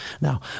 now